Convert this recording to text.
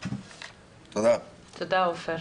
תודה, עופר.